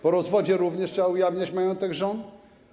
Po rozwodzie również trzeba ujawniać majątek żon?